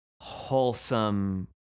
wholesome